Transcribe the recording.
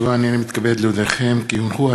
נתקבלה.